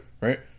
right